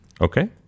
Okay